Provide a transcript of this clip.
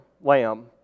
lamb